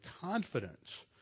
confidence